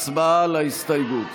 הצבעה על ההסתייגות.